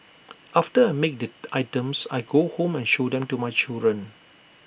after I make the items I go home and show them to my children